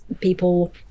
People